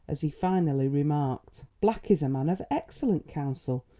as he finally remarked black is a man of excellent counsel,